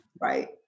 right